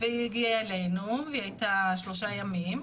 היא הגיעה אלינו והיא הייתה שלושה ימים,